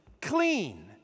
clean